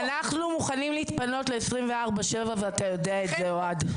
אנחנו מוכנים להתפנות ל-24/7 ואתה יודע את זה אוהד.